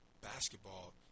basketball